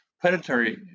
predatory